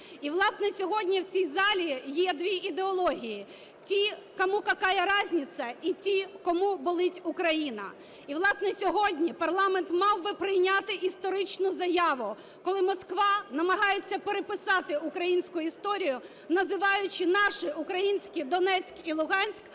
І, власне, сьогодні в цій залі є дві ідеології: ті кому, "какая разница" і ті, кому болить Україна. І, власне, сьогодні парламент мав би прийняти історичну заяву, коли Москва намагається переписати українську історію, називаючи наші українські Донецьк і Луганськ